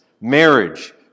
marriage